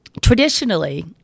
traditionally